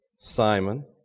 Simon